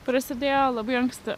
prasidėjo labai anksti